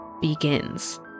begins